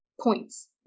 points